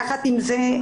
יחד עם זאת,